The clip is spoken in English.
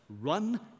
Run